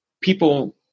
people